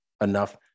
enough